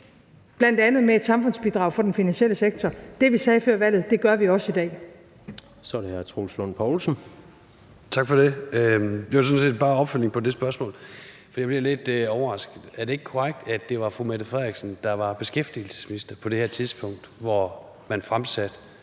bl.a. med et samfundsbidrag fra den finansielle sektor. Det, vi sagde før valget, gør vi også i dag. Kl. 22:51 Tredje næstformand (Jens Rohde): Så er det hr. Troels Lund Poulsen. Kl. 22:51 Troels Lund Poulsen (V): Tak for det. Det var sådan set bare en opfølgning på det spørgsmål, for jeg blev lidt overrasket. Er det ikke korrekt, at det var fru Mette Frederiksen, der var beskæftigelsesminister på det her tidspunkt, hvor man fremsatte